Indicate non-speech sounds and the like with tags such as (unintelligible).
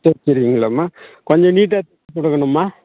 சரி சேரிங்கம்மா கொஞ்சம் நீட்டாக (unintelligible) கொடுக்கணும்மா